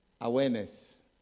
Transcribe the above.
Awareness